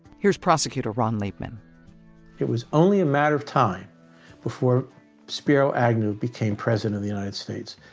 here's prosecutor ron liebman it was only a matter of time before spiro agnew became president of the united states.